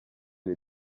les